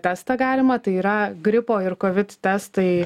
testą galima tai yra gripo ir kovid testai